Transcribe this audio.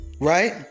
right